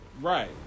right